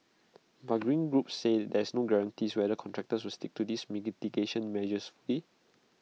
but green groups say these no guarantees whether contractors will stick to these mitigation measures fully